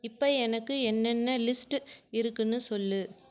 இப்போ எனக்கு என்னென்ன லிஸ்ட் இருக்குதுன்னு சொல்